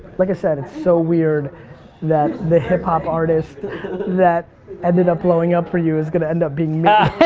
like i said, it's so weird that the hip hop artist that ended up blowing up for you is going to end up being